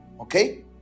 Okay